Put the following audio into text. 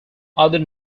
other